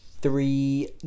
three